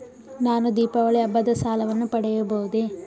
ನಾನು ದೀಪಾವಳಿ ಹಬ್ಬದ ಸಾಲವನ್ನು ಪಡೆಯಬಹುದೇ?